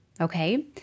okay